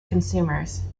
consumers